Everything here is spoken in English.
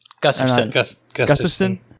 Gusterson